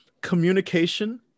Communication